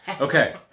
Okay